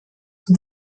zum